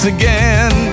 again